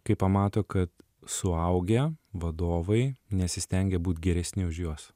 kai pamato kad suaugę vadovai nesistengia būt geresni už juos